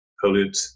pollute